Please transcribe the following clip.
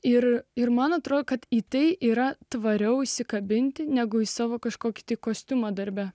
ir ir man atrodo kad į tai yra tvariau įsikabinti negu į savo kažkokį kostiumą darbe